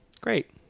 great